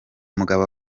mugabo